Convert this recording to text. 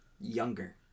younger